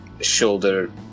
shoulder